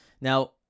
now